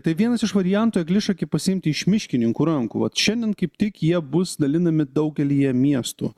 tai vienas iš variantų eglišakį pasiimti iš miškininkų rankų vat šiandien kaip tik jie bus dalinami daugelyje miestų